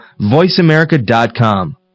voiceamerica.com